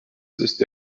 ist